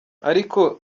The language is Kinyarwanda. ariko